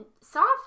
soft